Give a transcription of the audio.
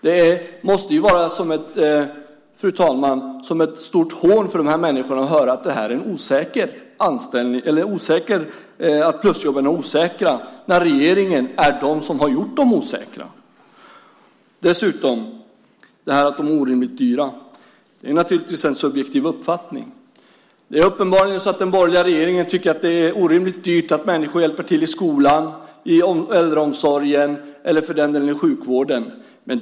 Det måste ju, fru talman, vara som ett stort hån för de här människorna att höra att plusjobben är osäkra när regeringen är den som har gjort dem osäkra. Dessutom är det här med att de är orimligt dyra naturligtvis en subjektiv uppfattning. Det är uppenbarligen så att den borgerliga regeringen tycker att det är orimligt dyrt att människor hjälper till i skolan, i äldreomsorgen eller för den delen i sjukvården.